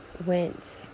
went